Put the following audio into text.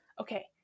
Okay